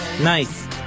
Nice